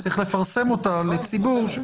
צריך לפרסם אותה לציבור.